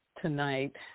tonight